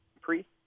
priest